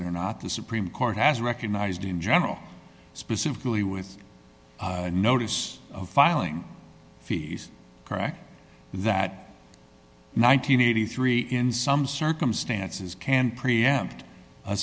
there not the supreme court has recognized in general specifically with a notice of filing fees correct that nine hundred and eighty three in some circumstances can preempt